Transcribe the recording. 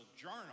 journal